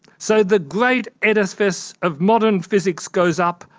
so the great edifice of modern physics goes up,